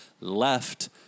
Left